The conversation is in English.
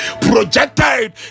projected